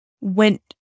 went